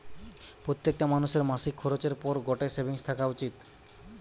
প্রত্যেকটা মানুষের মাসিক খরচের পর গটে সেভিংস থাকা উচিত